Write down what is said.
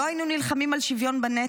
לא היינו נלחמים על שוויון בנטל.